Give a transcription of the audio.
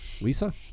Lisa